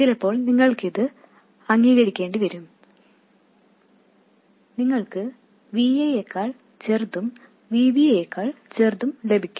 ചിലപ്പോൾ നിങ്ങൾക്കിത് അംഗീകരിക്കേണ്ടിവരും നിങ്ങൾക്ക് Va യേക്കാൾ ചെറുതും Vb യേക്കാൾ ചെറുതും ലഭിക്കും